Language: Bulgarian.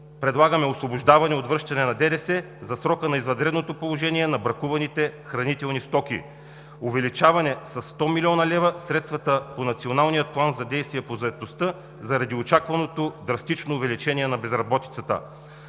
Предлагаме освобождаване от връщане на ДДС за срока на извънредното положение на бракуваните хранителни стоки, увеличаване със 100 млн. лв. средствата по Националния план за действие по заетостта заради очакваното драстично увеличение на безработицата,